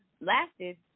Lasted